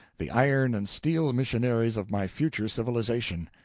the iron and steel missionaries of my future civilization.